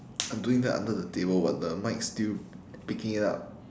I'm doing that under the table but the mic still picking it up